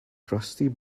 crusty